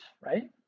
right